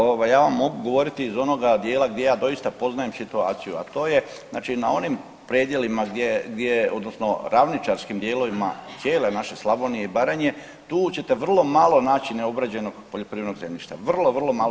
Pa evo ovako ja vam mogu govoriti iz onoga dijela gdje ja doista poznajem situaciju, a to je znači na onim predjelima odnosno ravničarskim dijelovima cijele naše Slavonije i Baranje tu ćete vrlo malo naći neobrađenog poljoprivrednog zemljišta, vrlo, vrlo malo.